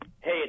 Hey